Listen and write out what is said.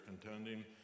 contending